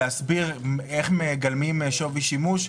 להסביר איך מגלמים שווי שימוש.